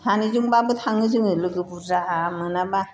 सानैजोंबाबो थाङो जोङो लोगो बुरजा मोनाबा